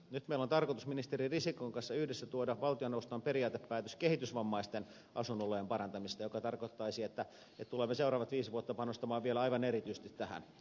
nyt meillä on tarkoitus ministeri risikon kanssa yhdessä tuoda valtioneuvostoon periaatepäätös kehitysvammaisten asuinolojen parantamisesta mikä tarkoittaisi että tulemme seuraavat viisi vuotta panostamaan vielä aivan erityisesti tähän